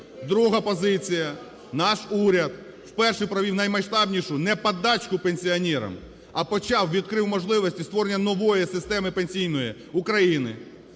Друга позиція. Наш уряд вперше провівнаймасштабнішу не подачку пенсіонерам, а почав, відкрив можливості створення нової системи пенсійної України.